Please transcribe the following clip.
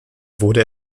wurde